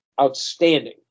outstanding